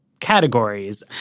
categories